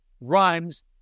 rhymes